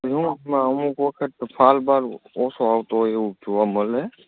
પછી શું અમુક વખત ફાલ બાલ ઓછો આવતો હોય એવું જોવા મળે